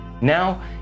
now